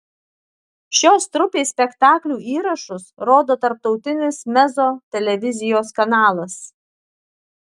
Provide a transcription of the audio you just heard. šios trupės spektaklių įrašus rodo tarptautinis mezzo televizijos kanalas